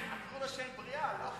עקרו לו שן בריאה, לא חולה.